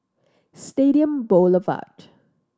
Stadium Boulevard